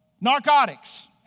Narcotics